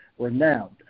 Renowned